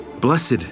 Blessed